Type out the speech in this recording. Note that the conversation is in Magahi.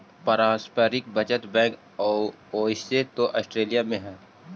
पारस्परिक बचत बैंक ओइसे तो ऑस्ट्रेलिया में हइ